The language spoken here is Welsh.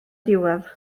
diwedd